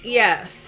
yes